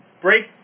break